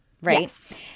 right